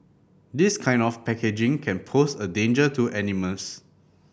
this kind of packaging can pose a danger to animals